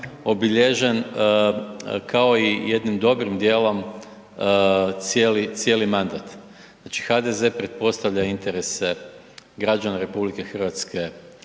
obilježen kao i jednim dobrim dijelom cijeli mandat. Znači, HDZ pretpostavlja interese građana RH, svoje